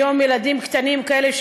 היום ילדים קטנים כאלה,